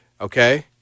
okay